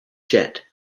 jet